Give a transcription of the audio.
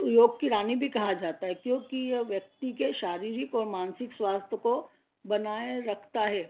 योग की रानी भी कहा जाता है क्योंकि यह व्यक्ति के शारीरिक और मानसिक स्वास्थ्य को बनाए रखता है